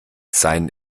seinen